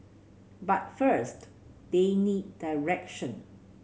but first they need direction